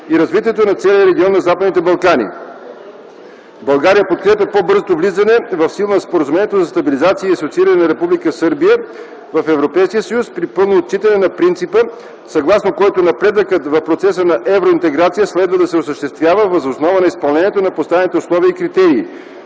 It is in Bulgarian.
и развитието на целия регион на Западните Балкани. България подкрепя по-бързото влизане в сила на Споразумението за стабилизация и асоцииране на Република Сърбия в Европейския съюз при пълно отчитане на принципа, съгласно който напредъкът в процеса на евроинтеграция следва да се осъществява въз основа на изпълнението на поставените условия и критерии,